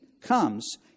comes